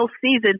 season